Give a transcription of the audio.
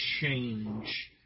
change